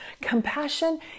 Compassion